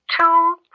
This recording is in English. Two